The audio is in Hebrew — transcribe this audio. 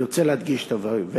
אני רוצה להדגיש את הדברים,